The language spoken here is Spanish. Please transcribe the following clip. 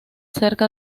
cerca